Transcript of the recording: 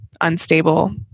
unstable